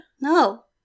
No